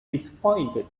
disappointed